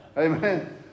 Amen